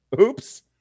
Oops